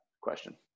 question